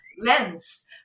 lens